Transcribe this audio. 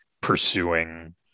pursuing